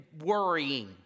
worrying